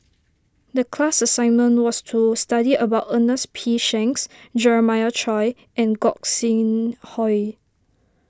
the class assignment was to study about Ernest P Shanks Jeremiah Choy and Gog Sing Hooi